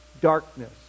darkness